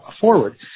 forward